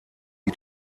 die